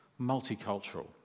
multicultural